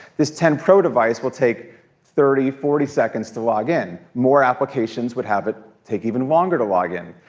this ten pro device will take thirty, forty seconds to log in. more applications would have it take even longer to log in.